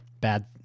bad